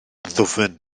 ddwfn